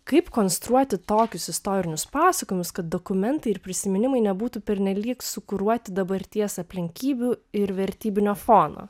kaip konstruoti tokius istorinius pasakojimus kad dokumentai ir prisiminimai nebūtų pernelyg sukuruoti dabarties aplinkybių ir vertybinio fono